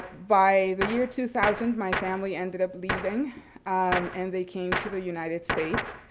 by the year two thousand my family ended up leaving and they came to the united states.